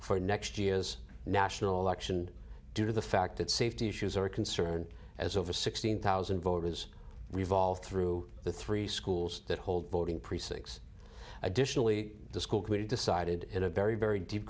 for next year's national election due to the fact that safety issues are concerned as over sixteen thousand voters revolve through the three schools that hold voting precincts additionally the school committee decided in a very very deep